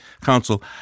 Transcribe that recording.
Council